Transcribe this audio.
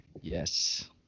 yes